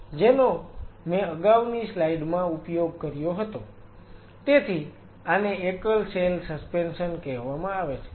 જેનો મેં અગાઉની સ્લાઈડ માં ઉપયોગ કર્યો હતો તેથી આને એકલ સેલ સસ્પેન્શન કહેવામાં આવે છે